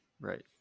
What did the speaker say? Right